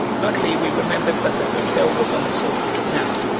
luckily we remembered that the hotel was on a sort of canal,